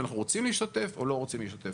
אנחנו רוצים להשתתף או לא רוצים להשתתף.